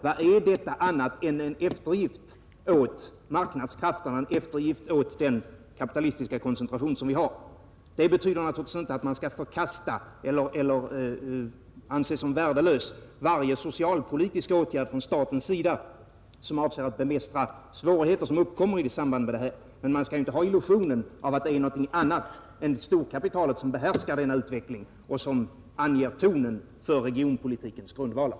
Vad är detta annat än en eftergift åt arbetsmarknadskrafterna, åt den kapitalistiska koncentration som vi har? Detta betyder naturligtvis inte att man skall förkasta eller anse som värdelös varje socialpolitisk åtgärd från statens sida som avser att bemästra svårigheter som uppkommer i samband med rörligheten på arbetsmarknaden, men man skall inte ha illusionen att det är någonting annat än storkapitalet som behärskar denna utveckling och som anger tonen för regionpolitikens grundvalar.